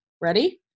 Ready